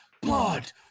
blood